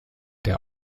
der